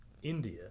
india